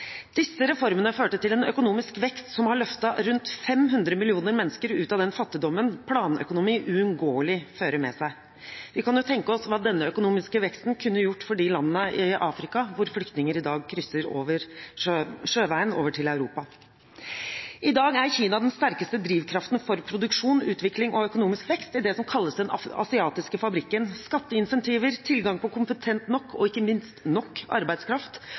Disse reformene førte til en økonomisk vekst som har løftet rundt 500 millioner mennesker ut av den fattigdommen planøkonomi uunngåelig fører med seg. Vi kan jo tenke oss hva denne økonomiske veksten kunne gjort for de landene i Afrika hvor flyktninger i dag krysser sjøveien over til Europa. I dag er Kina den sterkeste drivkraften for produksjon, utvikling og økonomisk vekst i det som kalles den asiatiske fabrikken. Skatteincentiver, tilgang på kompetent nok og ikke minst nok arbeidskraft